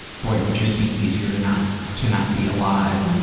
boy, it would just be easier to not to not be alive'.